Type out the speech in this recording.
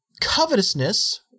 covetousness